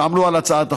שעמלו על הצעת החוק.